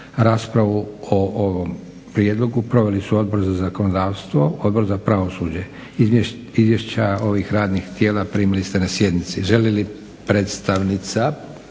Raspravu o ovom prijedlogu proveli su Odbor za zakonodavstvo i Odbor za pravosuđe. Izvješća ovih radnih tijela primili ste na sjednici. Želi li predstavnica